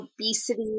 obesity